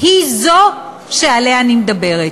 היא זו שעליה אני מדברת.